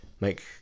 make